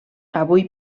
avui